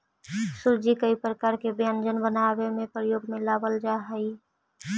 सूजी कई प्रकार के व्यंजन बनावे में प्रयोग में लावल जा हई